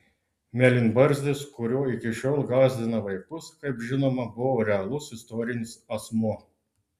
mėlynbarzdis kuriuo iki šiol gąsdina vaikus kaip žinoma buvo realus istorinis asmuo